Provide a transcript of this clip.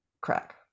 crack